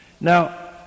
Now